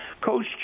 Coach